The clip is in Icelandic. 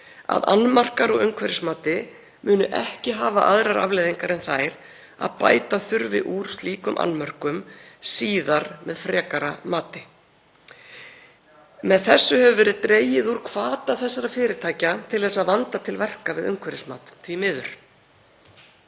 að annmarkar á umhverfismati muni ekki hafa aðrar afleiðingar en þær að bæta þurfi úr slíkum annmörkum síðar með frekara mati. Með þessu hefur verið dregið úr hvata þessara fyrirtækja til að vanda til verka við umhverfismat, því miður.